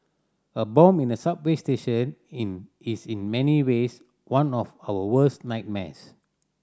a bomb in a subway station in is in many ways one of our worst nightmares